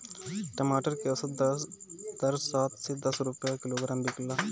टमाटर के औसत दर सात से दस रुपया किलोग्राम बिकला?